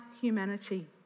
humanity